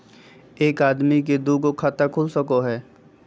एक आदमी के दू गो खाता खुल सको है?